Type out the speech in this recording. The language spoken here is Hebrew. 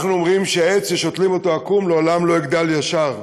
אנחנו אומרים שעץ ששותלים אותו עקום לעולם לא יגדל ישר,